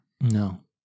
No